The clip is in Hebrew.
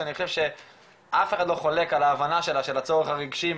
שאני חושב שאף אחד לא חולק על ההבנה שלה של הצורך הרגשי-מנטלי,